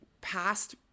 past